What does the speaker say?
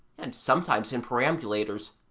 and sometimes in perambulators,